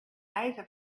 giza